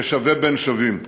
כשווה בין שווים.